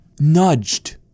nudged